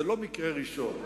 זה לא מקרה ראשון.